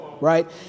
right